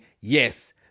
yes